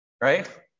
Right